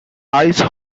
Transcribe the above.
ice